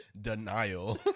denial